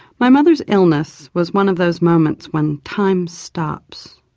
my mother's illness was one of those moments when time stops,